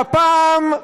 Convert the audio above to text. והפעם,